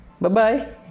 bye-bye